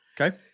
Okay